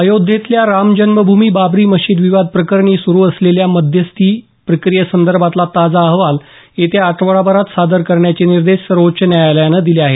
अयोध्येतल्या रामजन्मभूमी बाबरी मशीद विवाद प्रकरणी सुरू असलेल्या मध्यस्थी प्रक्रियेसंदर्भातला ताजा अहवाल येत्या आठवडाभरात सादर करण्याचे निर्देश सर्वोच्च न्यायालयानं दिले आहेत